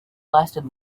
lasted